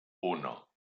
uno